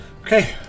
Okay